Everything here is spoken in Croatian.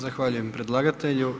Zahvaljujem predlagatelju.